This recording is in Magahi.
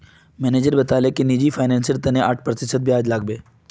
मनीजर बताले कि निजी फिनांसेर तने आठ प्रतिशत ब्याज लागबे